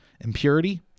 impurity